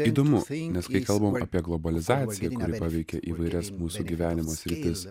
įdomu nes kai kalbam apie globalizaciją kuri paveikė įvairias mūsų gyvenimo sritis